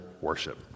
worship